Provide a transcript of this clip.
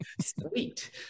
Sweet